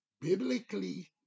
Biblically